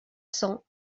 cents